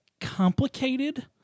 complicated